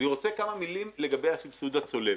אני רוצה כמה מילים לגבי הסבסוד הצולב.